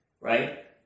right